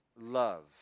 love